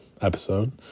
episode